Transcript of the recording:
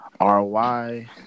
RY